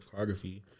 choreography